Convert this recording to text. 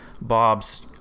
Bob's